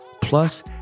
plus